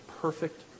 perfect